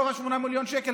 רוב ה-8 מיליון שקל,